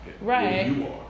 Right